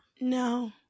no